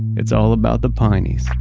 it's all about the pineys.